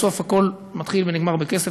בסך הכול זה מתחיל ונגמר בכסף,